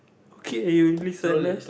okay you listen ah